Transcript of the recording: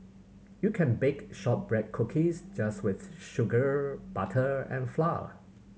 you can bake shortbread cookies just with sugar butter and flour